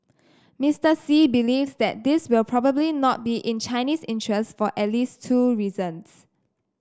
Mister Xi believes that this will probably not be in Chinese interests for at least two reasons